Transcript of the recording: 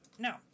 no